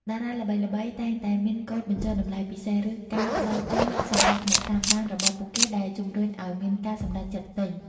តារាល្បីៗតែងតែមានកូដបញ្ចុះតម្លៃពិសេស ឬការផ្តល់ជូនសម្រាប់អ្នកតាមដានរបស់ពួកគេ ដែលជំរុញឲ្យមានការសម្រេចចិត្តទិញ។